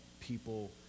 people